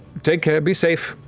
take care, be safe.